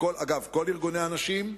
אגב, כל ארגוני הנשים,